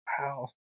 wow